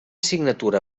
signatura